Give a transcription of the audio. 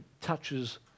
touches